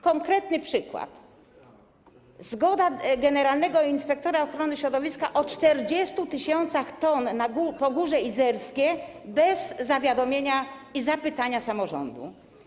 Konkretny przykład: zgoda generalnego inspektora ochrony środowiska na 40 tys. t na Pogórzu Izerskim bez zawiadomienia i zapytania samorządu.